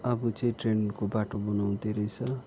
अब चाहिँ ट्रेनको बाटो बनाउँदै रहेछ